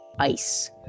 ice